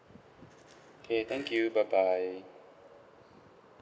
okay thank you bye bye